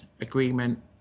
agreement